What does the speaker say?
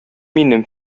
минем